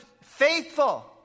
faithful